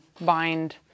bind